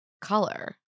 color